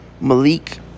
Malik